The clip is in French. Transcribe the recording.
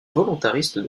volontariste